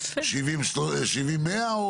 70-100?